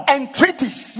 entreaties